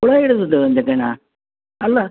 ಉಳ್ಳಗಡ್ಡಿ ತಗೋಳ್ಳಿ ಜಗ್ಗಣ್ಣ ಅಲ್ಲ